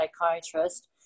psychiatrist